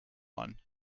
one